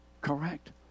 correct